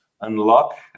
unlock